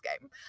game